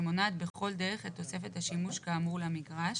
שמונעת בכל דרך את תוספת השימוש כאמור למגרש